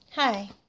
Hi